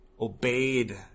obeyed